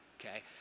okay